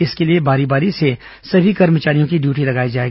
इसके लिए बारी बारी से सभी कर्मचारियों की ड्यूटी लगायी जाए